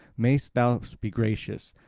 mayst thou be gracious!